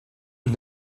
und